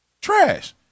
Trash